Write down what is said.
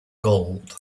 gold